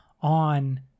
on